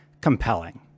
compelling